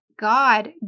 God